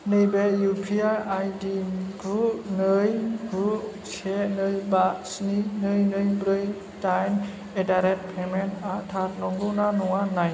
नैबे इउ पि आइ आइदि गु नै गु से नै बा स्नि नै नै ब्रै डाइन एडदारेट पेमेन्टआ थार नंगौ ना नङा नाय